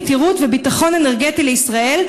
יתירות וביטחון אנרגטי לישראל,